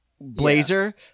blazer